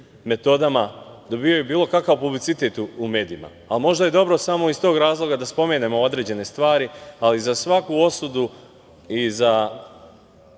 metodama dobijaju bilo kakav publicitet u medijima, a možda je dobro samo iz tog razloga da spomenemo određene stvari, ali za svaku osudu i za,